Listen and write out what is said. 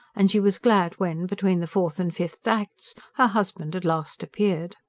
and she was glad when, between the fourth and fifth acts, her husband at last appeared.